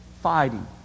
fighting